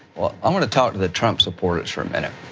well, i'm going to talk to the trump supporters for a minute.